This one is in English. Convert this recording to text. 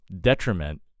detriment